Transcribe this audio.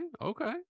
Okay